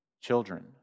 children